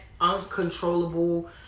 uncontrollable